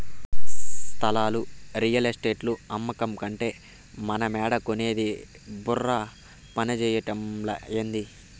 స్థలాలు రియల్ ఎస్టేటోల్లు అమ్మకంటే మనమేడ కొనేది బుర్ర పంజేయటమలా, ఏంది